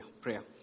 Prayer